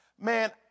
Man